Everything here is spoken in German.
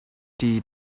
die